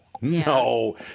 No